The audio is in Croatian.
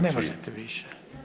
Ne možete više.